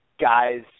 guys